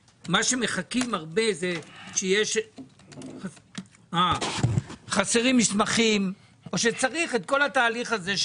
מחכים הרבה רק כשחסרים מסמכים או כשצריך את כל התהליך הזה,